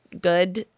good